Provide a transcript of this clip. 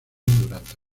durante